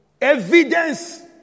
Evidence